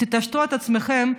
תתעשתו על עצמכם.